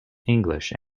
english